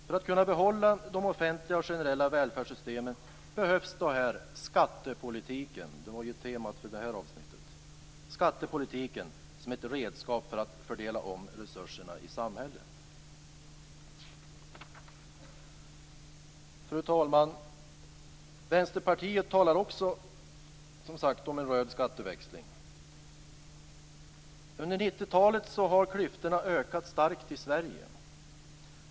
För att kunna behålla de offentliga och generella välfärdssystemen behövs då skattepolitiken - det är ju temat för det här avsnittet - som ett redskap för att fördela om resurserna i samhället. Fru talman! Vänsterpartiet talar också som sagt om en röd skatteväxling. Under 90-talet har klyftorna ökat starkt i Sverige.